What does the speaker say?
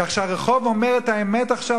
כך שהרחוב אומר את האמת עכשיו,